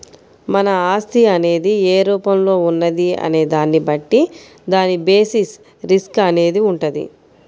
మన ఆస్తి అనేది ఏ రూపంలో ఉన్నది అనే దాన్ని బట్టి దాని బేసిస్ రిస్క్ అనేది వుంటది